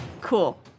Cool